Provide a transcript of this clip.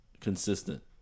consistent